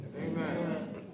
Amen